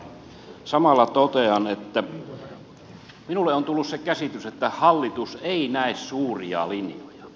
mutta samalla totean että minulle on tullut se käsitys että hallitus ei näe suuria linjoja